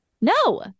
No